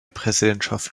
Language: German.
präsidentschaft